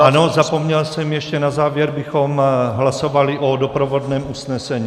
Ano, zapomněl jsem, ještě na závěr bychom hlasovali o doprovodném usnesení.